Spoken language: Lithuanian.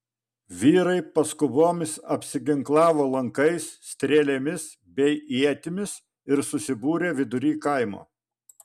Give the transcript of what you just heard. vyrai paskubomis apsiginklavo lankais strėlėmis bei ietimis ir susibūrė vidury kaimo